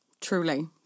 Truly